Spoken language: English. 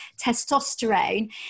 testosterone